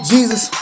Jesus